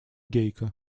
гейка